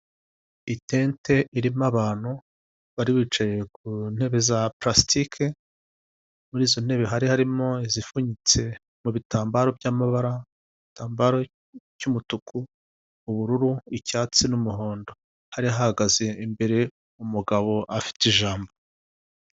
Itente irimo abantu bari bicaye ku ntebe za palasitike, muri izo ntebe hari harimo izifunyitse mu bitambaro by'amabara, igitambaro cy'umutuku, ubururu, icyatsi, n'umuhondo. Hari hahagaze imbere umugabo afite ijambo.